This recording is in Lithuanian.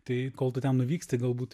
tai kol tu ten nuvyksti galbūt